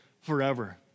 forever